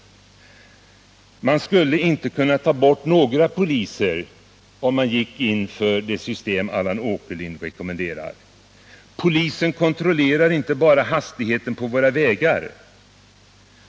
Man skulle inte kunna ta bort några poliser, om man gick in för det system som Allan Åkerlind rekommenderar. Polisen kontrollerar inte bara hastigheten på våra vägar.